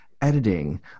Editing